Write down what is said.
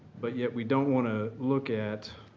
but yet we don't want to look at